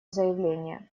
заявления